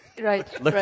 Right